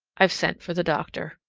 i've sent for the doctor.